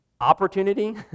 opportunity